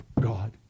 God